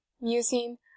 musing